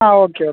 ആ okay okay